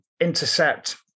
intercept